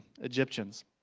Egyptians